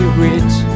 rich